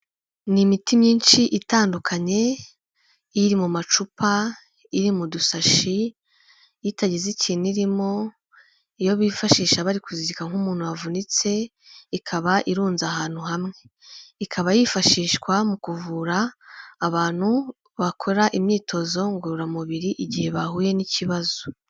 Ni imiti myinshi itandukanye, iri mu macupa, iri mu dusashi, itagize ikintu irimo, iyo bifashisha bari kuzirika nk'umuntu wavunitse, ikaba irunze ahantu hamwe. Ikaba yifashishwa mu kuvura abantu bakora imyitozo ngororamubiri igihe bahuye n'ikibazo.